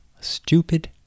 stupid